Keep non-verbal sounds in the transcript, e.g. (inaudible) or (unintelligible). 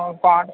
(unintelligible)